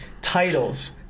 titles